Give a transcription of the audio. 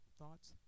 thoughts